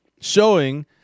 showing